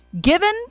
given